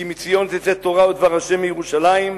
כי מציון תצא תורה ודבר ה' מירושלים.